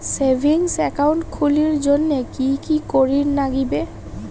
Savings account খুলির জন্যে কি কি করির নাগিবে?